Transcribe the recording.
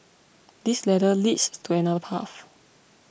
this ladder leads to another path